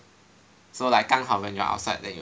so like 刚好 when you're outside then you buy